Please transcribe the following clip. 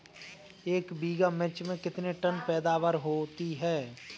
एक बीघा मिर्च में कितने टन पैदावार होती है?